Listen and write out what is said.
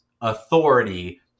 authority